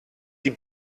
die